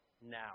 now